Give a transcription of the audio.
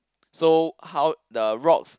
so how the rocks